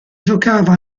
giocava